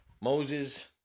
Moses